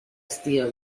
estío